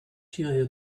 shiela